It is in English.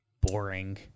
Boring